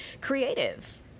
creative